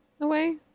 away